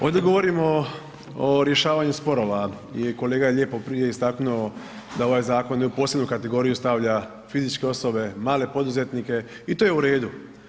Ovdje govorimo o rješavanju sporova i kolega je lijepo prije istaknuo da ovaj zakon u posebnu kategoriju stavlja fizičke osobe, male poduzetnike i to je u redu.